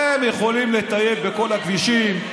יכולים לטייל בכל הכבישים.